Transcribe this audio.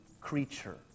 creature